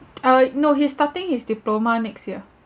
uh no he's starting his diploma next year